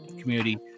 community